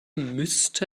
müsste